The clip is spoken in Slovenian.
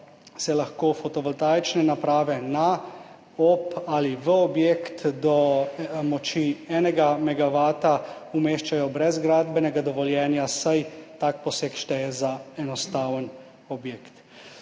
se lahko fotovoltaične naprave na, ob ali v objekt do moči enega megavata umeščajo brez gradbenega dovoljenja, saj tak poseg šteje za enostaven objekt.